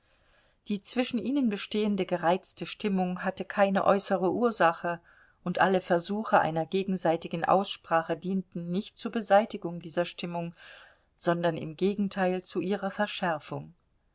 die zwischen ihnen bestehende gereizte stimmung hatte keine äußere ursache und alle versuche einer gegenseitigen aussprache dienten nicht zur beseitigung dieser stimmung sondern im gegenteil zu ihrer verschärfung